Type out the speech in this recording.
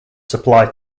supply